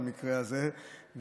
במקרה הזה,